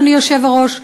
אדוני היושב-ראש,